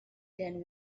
then